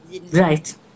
Right